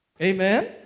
Amen